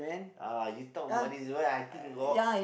uh you talk about this when I think oh